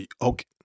Okay